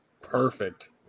Perfect